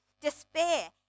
despair